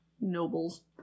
Nobles